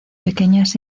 pequeñas